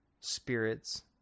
spirits